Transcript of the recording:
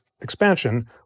expansion